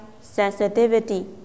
sensitivity